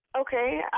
Okay